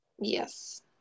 Yes